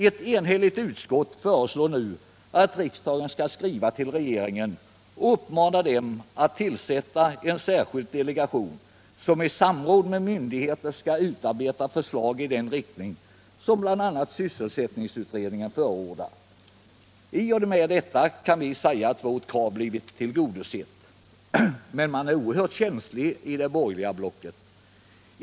Ett enhälligt utskott föreslår nu att riksdagen skriver till regeringen och uppmanar den att tillsätta en särskild delegation som i samråd med för att främja sysselsättningen för att främja sysselsättningen myndigheter skall utarbeta förslag i den riktning som bl.a. sysselsättningsutredningen förordar. I och med detta kan vi säga att vårt krav blivit tillgodosett. Men man är oerhört känslig i det borgerliga blocket.